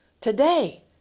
Today